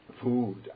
Food